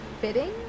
Fitting